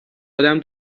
آدم